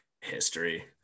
history